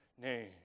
name